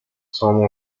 some